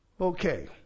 Okay